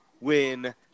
Win